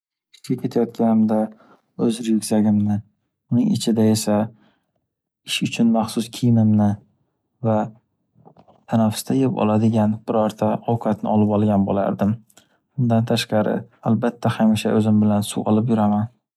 Ishga ketayotganimda o’z ryukzakimni, uning ichida esa ish uchun maxsus kiyimimni va tanaffusda yeb oladigan birorta ovqatni olib olgan bo’lardim. Undan tashqari albatta o’zim bilan suv olib yuraman.